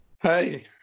hey